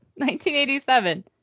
1987